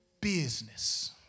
business